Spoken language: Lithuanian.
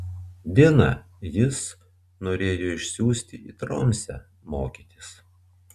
diną jis norėjo išsiųsti į tromsę mokytis